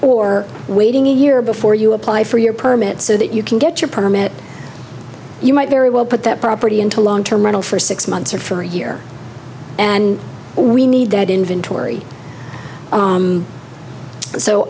or waiting a year before you apply for your permit so that you can get your permit you might very well put that property into long term rental for six months or for a year and we need that inventory